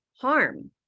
harm